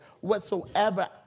whatsoever